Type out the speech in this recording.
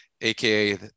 Aka